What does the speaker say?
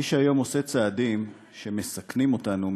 מי שהיום עושה צעדים שמסכנים אותנו,